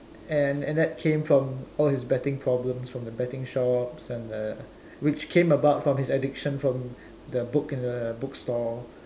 and that came from all his betting problems from the betting shop and the which came about from his addiction from the book in the bookstore